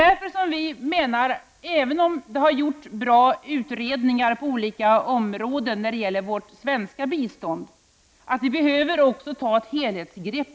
Även om det har gjorts bra utredningar på olika områden när det gäller vårt svenska bistånd behövs det alltså ett helhetsgrepp.